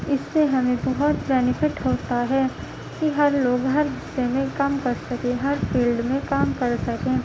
اس سے ہمیں بہت بینیفٹ ہوتا ہے کہ ہر لوگ ہر جگہ کام کر سکیں ہر فیلڈ میں کام کر سکیں